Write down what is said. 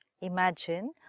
Imagine